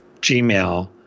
Gmail